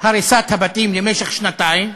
הריסת הבתים למשך שנתיים,